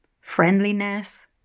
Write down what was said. friendliness